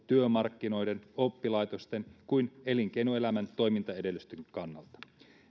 työmarkkinoiden oppilaitosten kuin elinkeinoelämän toimintaedellytysten kannalta